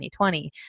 2020